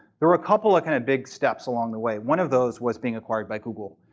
there are a couple of kind of big steps along the way. one of those was being acquired by google.